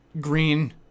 Green